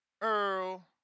Earl